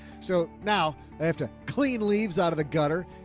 so now i have to clean leaves out of the gutter,